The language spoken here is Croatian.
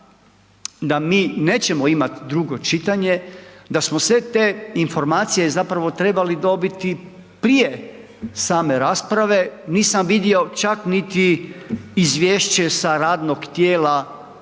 da mi nećemo imati drugo čitanje da smo sve te informacije zapravo trebali dobiti prije same rasprave nisam vidio čak niti izvješće sa radnog tijela